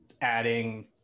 adding